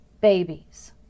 babies